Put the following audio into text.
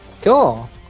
cool